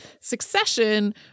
succession